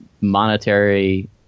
monetary